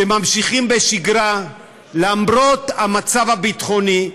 שממשיכים בשגרה למרות המצב הביטחוני,